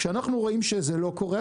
כשאנחנו רואים שזה לא קורה,